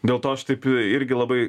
dėl to aš taip irgi labai